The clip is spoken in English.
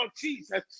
Jesus